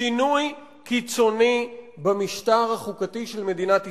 גם שינוי קיצוני במשטר החוקתי של מדינת ישראל.